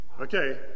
Okay